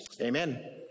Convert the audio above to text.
amen